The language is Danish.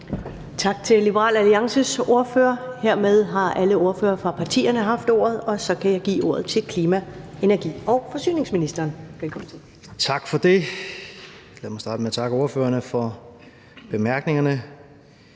Tak til Liberal Alliances ordfører. Hermed har alle ordførere fra partierne haft ordet, og så kan jeg give ordet til klima-, energi- og forsyningsministeren. Velkommen til. Kl. 11:49 Klima-, energi- og forsyningsministeren